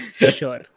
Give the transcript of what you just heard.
sure